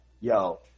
yo